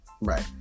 Right